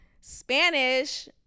Spanish